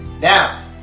Now